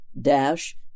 Dash